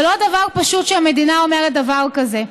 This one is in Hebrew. זה לא דבר פשוט שהמדינה אומרת דבר כזה.